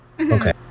okay